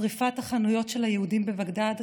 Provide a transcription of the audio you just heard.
שרפת החנויות של היהודים בבגדאד,